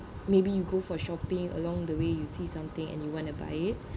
maybe you go for shopping along the way you see something and you want to buy it